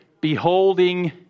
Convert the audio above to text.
Beholding